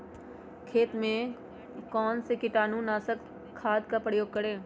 खेत में कौन से कीटाणु नाशक खाद का प्रयोग करें?